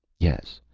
yes.